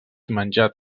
menjat